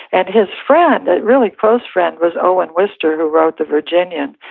and his friend, really close friend, was owen wister, who wrote the virginian,